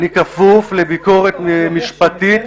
אני כפוף לביקורת משפטית